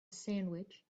sandwich